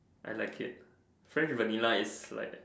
I like it French Vanilla is like